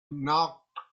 knocked